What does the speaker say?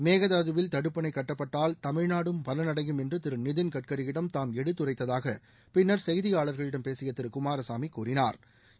மேகதாதுவில் தடுப்பணை கட்டப்பட்டால் தமிழ்நாடும் பலனடையும் என்று திரு நிதின் கட்கரியிடம் தாம் எடுத்துரைத்ததாக பின்னா் செய்தியாளர்களிடம் பேசிய திரு குமாரசாமி கூறினாா்